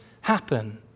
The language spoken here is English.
happen